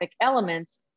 elements